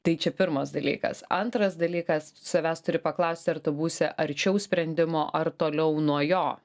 tai čia pirmas dalykas antras dalykas savęs turi paklausti ar tu būsi arčiau sprendimo ar toliau nuo jo